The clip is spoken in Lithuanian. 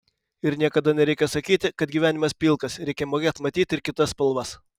ir niekada nereikia sakyti kad gyvenimas pilkas reikia mokėt matyt ir kitas spalvas